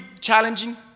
challenging